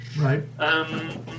Right